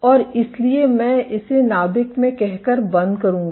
और इसलिए मैं इसे नाभिक में कहकर बंद करूंगा